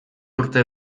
urte